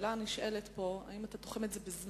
השאלה הנשאלת פה היא אם אתה תוחם את זה בזמן.